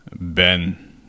ben